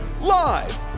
Live